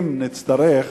אם נצטרך,